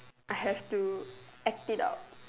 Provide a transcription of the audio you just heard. I have to act it out